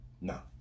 No